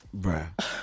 bruh